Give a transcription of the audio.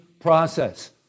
process